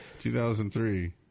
2003